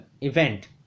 event